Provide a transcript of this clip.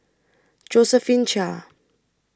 Josephine Chia